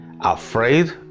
afraid